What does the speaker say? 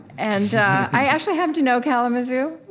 and i actually happen to know kalamazoo,